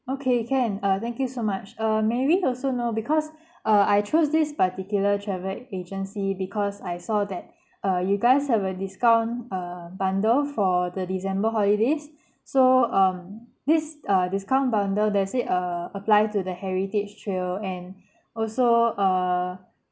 okay can uh thank you so much uh may we also know because uh I chose this particular travel agency because I saw that uh you guys have a discount uh bundle for the december holidays so um this uh discount bundle does it uh apply to the heritage trail and also uh